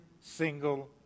single